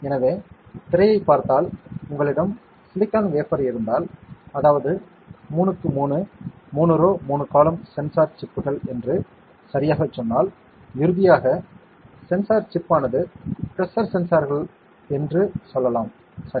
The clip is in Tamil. எனவே திரையைப் பார்த்தால் உங்களிடம் சிலிக்கான் வேஃபர் இருந்தால் அதாவது 3 க்கு 3 3 ரோ 3 காலம் சென்சார் சிப்ஸ்கள் என்று சரியாகச் சொன்னால் இறுதியாக சென்சார் சிப் ஆனது பிரஷர் சென்சார்கள் என்று சொல்லலாம் சரி